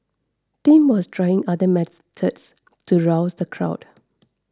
Tim was trying other methods to rouse the crowd